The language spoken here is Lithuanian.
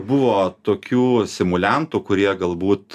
buvo tokių simuliantų kurie galbūt